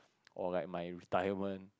or like my retirement